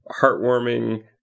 heartwarming